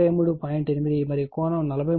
8 మరియు కోణం 43